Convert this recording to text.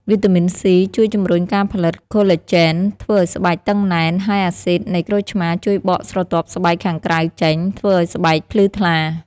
វីតាមីន សុី (C) ជួយជំរុញការផលិតកូឡាជែន ធ្វើឲ្យស្បែកតឹងណែន ហើយអាស៊ីដនៃក្រូចឆ្មារជួយបកស្រទាប់ស្បែកខាងក្រៅចេញ ធ្វើឲ្យស្បែកភ្លឺថ្លា។